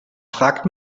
fragt